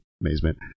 amazement